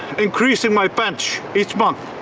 increasing my bench each month?